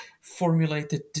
formulated